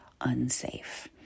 unsafe